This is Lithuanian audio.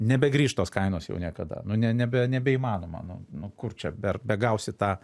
nebegrįš tos kainos jau niekada nu ne nebe nebeįmanoma nu nu kur čia ber begausi tą